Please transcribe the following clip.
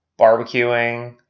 Barbecuing